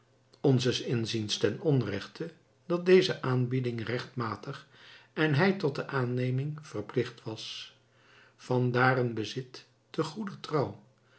onzes inziens ten onrechte dat deze aanbieding rechtmatig en hij tot de aanneming verplicht was vandaar een bezit te goeder trouw